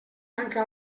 tanca